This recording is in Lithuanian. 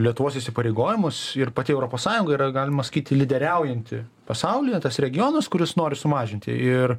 lietuvos įsipareigojimus ir pati europos sąjungoj yra galima sakyti lyderiaujanti pasaulyje tas regionas kuris nori sumažinti ir